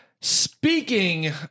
Speaking